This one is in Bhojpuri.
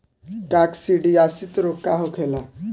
काकसिडियासित रोग का होखेला?